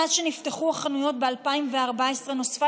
מאז שנפתחו החנויות ב-2014 נוספה